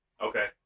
Okay